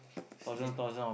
still